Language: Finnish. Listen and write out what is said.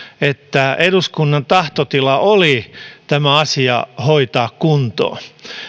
että eduskunnan tahtotila oli tämä asia hoitaa kuntoon